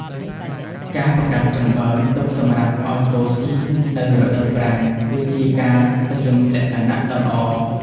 ការផ្អាប់ចំបើងទុកសម្រាប់ឱ្យគោស៊ីនៅរដូវប្រាំង គឺជាការត្រៀមលក្ខណៈដ៏ល្អ។